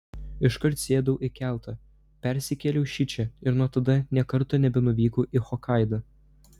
iškart sėdau į keltą persikėliau šičia ir nuo tada nė karto nebenuvykau į hokaidą